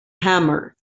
hammer